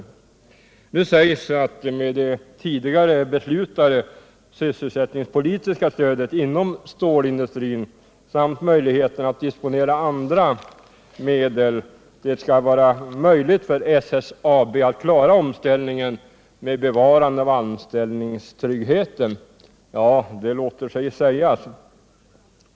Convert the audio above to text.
Det sägs, att med det tidigare beslutade sysselsättningspolitiska stödet inom stålindustrin samt möjligheterna att disponera andra medel skall det vara möjligt för SSAB att klara omställningen med bevarande av anställningstryggheten. Ja, det låter sig sägas.